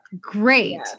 great